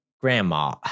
grandma